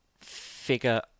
figure